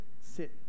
Sit